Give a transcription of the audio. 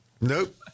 Nope